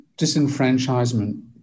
disenfranchisement